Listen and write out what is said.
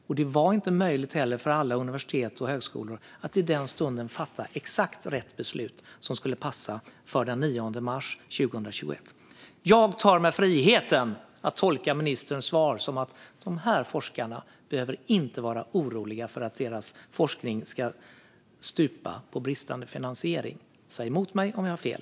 Och det var inte heller möjligt för alla universitet och högskolor att i den stunden fatta exakt rätt beslut som skulle passa för den 9 mars 2021. Jag tar mig friheten att tolka ministerns svar som att forskarna inte behöver vara oroliga för att deras forskning ska stupa på grund av bristande finansiering. Säg emot mig om jag har fel.